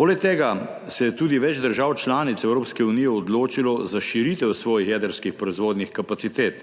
Poleg tega se je tudi več držav članic Evropske unije odločilo za širitev svojih jedrskih proizvodnih kapacitet.